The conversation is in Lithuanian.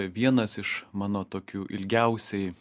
vienas iš mano tokių ilgiausiai